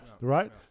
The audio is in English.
Right